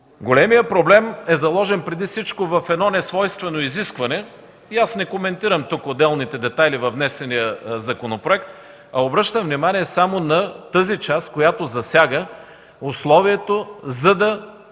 Големият проблем е заложен преди всичко в едно несвойствено изискване. Не коментирам отделните детайли във внесения законопроект, а обръщам внимание само на тази част, която засяга условието, за да